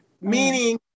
meaning